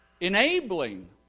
enabling